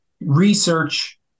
research